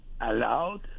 allowed